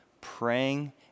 praying